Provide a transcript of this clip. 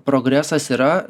progresas yra